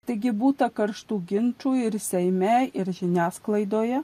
taigi būta karštų ginčų ir seime ir žiniasklaidoje